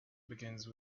begins